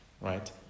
Right